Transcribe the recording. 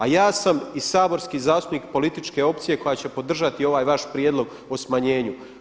A ja sam i saborski zastupnik političke opcije koja će podržati ovaj vaš prijedlog o smanjenju.